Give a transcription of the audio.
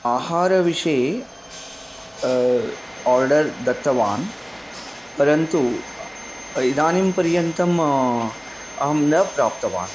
आहारविषये ओर्डर् दत्तवान् परन्तु इदानीं पर्यन्तम् अहं न प्राप्तवान्